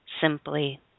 simply